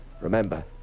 Remember